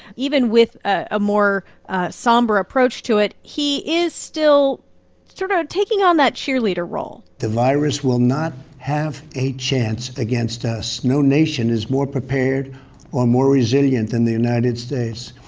even with a more somber approach to it, he is still sort of taking on that cheerleader role the virus will not have a chance against us. no nation is more prepared or more resilient than the united states.